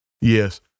Yes